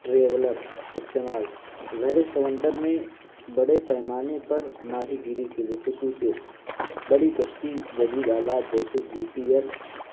traveller استعمال گہرے سمندر میں بڑے پیمانے پر ماہی گیری کے لیے خصوصیت بڑی کشتی جدید آلات جیسے جی پی ایس